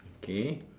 okay